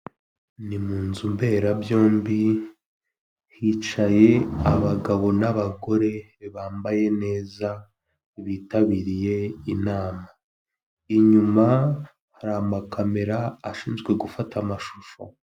Ni mu nzu mberabyombi hicaye abagabo n'abagore bambaye neza bitabiriye inama, inyuma hari amakamera ashinzwe gufata amashusho.